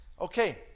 okay